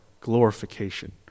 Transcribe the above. glorification